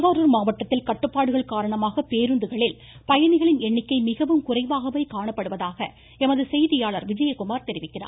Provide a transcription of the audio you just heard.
திருவாரூர் மாவட்டத்தில் கட்டுப்பாடுகள் காரணமாக பேருந்துகளில் பயணிகளின் எண்ணிக்கை மிகவும் குறைவாகவே காணப்படுவதாக எமது செய்தியாளர் தெரிவிக்கிறார்